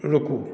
रुकु